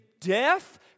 death